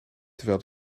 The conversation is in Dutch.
terwijl